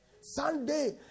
Sunday